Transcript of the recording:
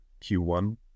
Q1